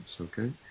Okay